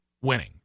winning